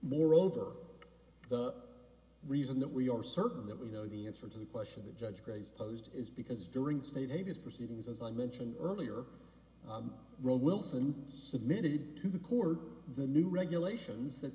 moreover the reason that we are certain that we know the answer to the question the judge graves posed is because during status proceedings as i mentioned earlier roe wilson submitted to the court the new regulations that